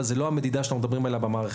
אבל זה לא המדידה שאנחנו מדברים עליה במערכת.